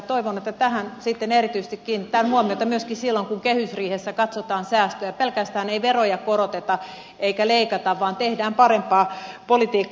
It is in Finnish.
toivon että tähän sitten erityisesti kiinnitetään huomiota myöskin silloin kun kehysriihessä katsotaan säästöjä pelkästään ei veroja koroteta eikä leikata vaan tehdään parempaa politiikkaa